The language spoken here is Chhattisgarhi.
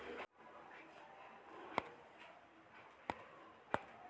गैर बैंकिंग सेवाएं का होथे?